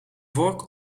vork